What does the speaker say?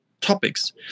topics